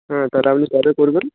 হ্যাঁ তাহলে আপনি কবে করবেন